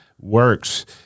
works